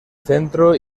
centro